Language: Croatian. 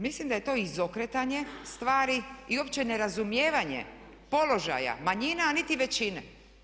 Mislim da je to izokretanje stvari i uopće nerazumijevanje položaja manjina, a niti većine.